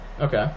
Okay